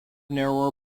narrower